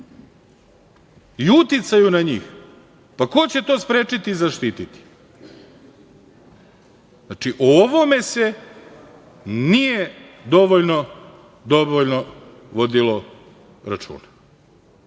i uticaju na njih, pa, ko će to sprečiti i zaštiti? Znači, o ovome se nije dovoljno vodilo računa. Upravo